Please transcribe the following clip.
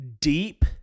deep